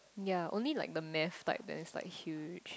yea only like the mass like that likes huge